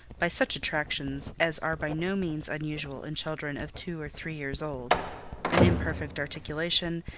by such attractions as are by no means unusual in children of two or three years old an imperfect articulation,